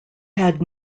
had